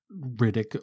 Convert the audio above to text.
Riddick